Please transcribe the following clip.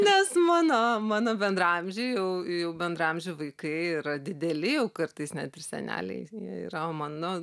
nes mano mano bendraamžiai jau bendraamžių vaikai yra dideli jau kartais net seneliais jie yra o mano